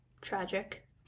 tragic